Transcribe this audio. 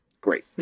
great